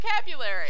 vocabulary